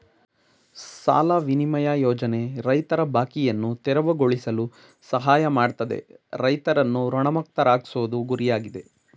ಸಾಲ ವಿನಿಮಯ ಯೋಜನೆ ರೈತರ ಬಾಕಿಯನ್ನು ತೆರವುಗೊಳಿಸಲು ಸಹಾಯ ಮಾಡ್ತದೆ ರೈತರನ್ನು ಋಣಮುಕ್ತರಾಗ್ಸೋದು ಗುರಿಯಾಗಿದೆ